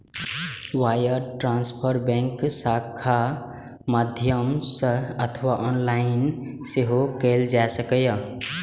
wire transfer bank शाखाक माध्यम सं अथवा ऑनलाइन सेहो कैल जा सकैए